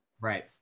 Right